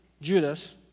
Judas